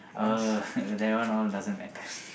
uh that one all doesn't matter